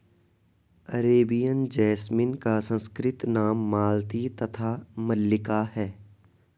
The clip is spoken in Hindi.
अरेबियन जैसमिन का संस्कृत नाम मालती तथा मल्लिका है